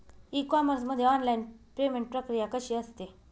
E commerce मध्ये online payment प्रक्रिया कशी असते?